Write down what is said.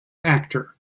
actor